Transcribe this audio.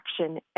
action